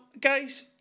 guys